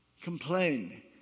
complain